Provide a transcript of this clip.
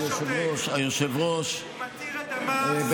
היושב-ראש,